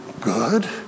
good